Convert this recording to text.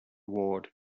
ward